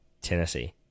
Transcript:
Tennessee